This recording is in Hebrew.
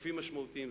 בהיקפים משמעותיים.